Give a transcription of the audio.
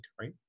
right